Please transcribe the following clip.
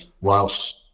whilst